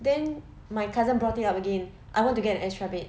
then my cousin brought it up again I want to get an extra bed